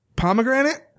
pomegranate